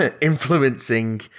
influencing